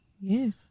Yes